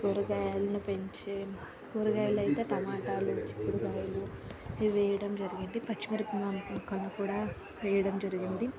కురగాయలను పెంచి కూరగాయలైతే టమాటాలు చిక్కుడుగాయలు వేయడం జరిగింది పచ్చిమిరప మొక్కలను కూడా వేయడం జరిగింది